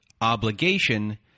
obligation